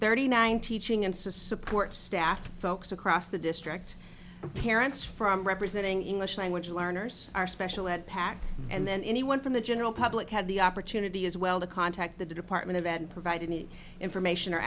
thirty nine teaching and to support staff folks across the district of parents from representing english language learners our special ed pac and then anyone from the general public had the opportunity as well to contact the department of and provide any information